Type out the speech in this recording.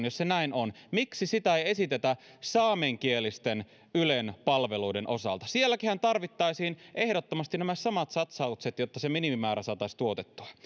jos se näin on miksi tätä samaa argumenttia ei esitetä saamenkielisten ylen palveluiden osalta sielläkinhän tarvittaisiin ehdottomasti nämä samat satsaukset jotta se minimimäärä saataisiin tuotettua